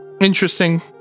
interesting